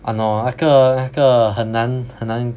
!hannor! 那个那个很难很难